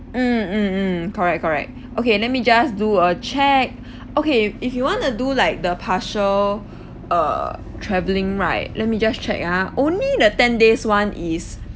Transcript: mm mm mm correct correct okay let me just do a check okay if you want to do like the partial err travelling right let me just check ah only the ten days [one] is